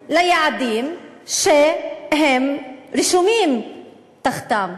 כולם ליעדים שהם רשומים תחתם.